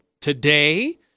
today